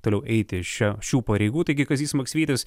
toliau eiti šia šių pareigų taigi kazys maksvytis